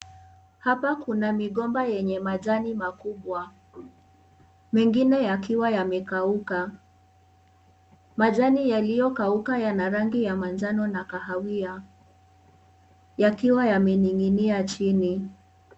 Hapa kuna migomba yenye majani makubwa, mengine yakiwa yamekauka. Majani yaliokauka yana rangi ya manjano na kahawia yakiwa yamening'inia chini.